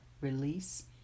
Release